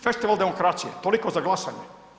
Festival demokracije, toliko za glasanje.